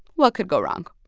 what could go wrong?